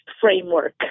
framework